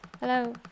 hello